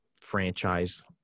franchise